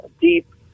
deep